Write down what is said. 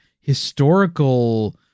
historical